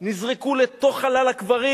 נזרקו לתוך חלל הקברים,